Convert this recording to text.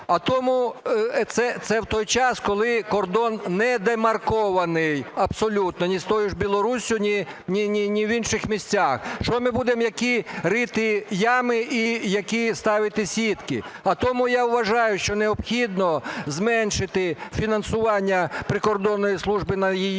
А тому… Це в той час, коли кордон не демаркований абсолютно ні з тією ж Білоруссю, ні в інших місцях. Що ми будемо, які рити ями і які ставити сітки? А тому я вважаю, що необхідно зменшити фінансування Прикордонної служби, на її